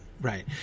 right